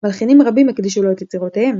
מלחינים רבים הקדישו לו את יצירותיהם,